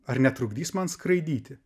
ar netrukdys man skraidyti